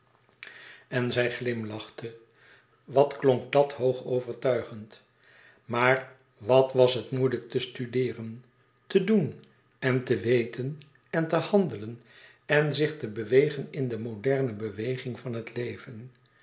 en zij glimlachte wat klonk dat hoog overtuigend maar wat was het moeilijk te studeeren te doen en te weten en te handelen en zich te bewegen in de moderne beweging van het leven